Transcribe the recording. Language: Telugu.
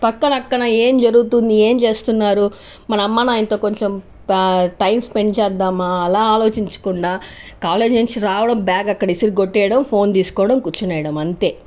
పక్కనక్కన ఏం జరుగుతుంది ఏం చేస్తున్నారు మన అమ్మనాన్నతో కొంచెం టైమ్ స్పెండ్ చేద్దామా అలా ఆలోచించకుండా కాలేజ్ నుంచి రావడం బ్యాగ్ అక్కడ విసిరి కొట్టేయడం ఫోన్ తీసుకోవడం కూర్చునేయడం అంతే